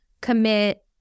commit